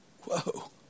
Whoa